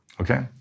Okay